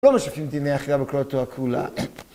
לא משפטים דיני, החילה בקראתו הקרולה.